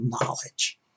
knowledge